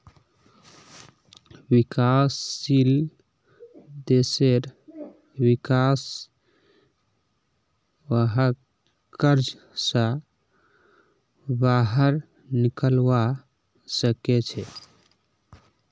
विकासशील देशेर विका स वहाक कर्ज स बाहर निकलवा सके छे